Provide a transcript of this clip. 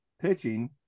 pitching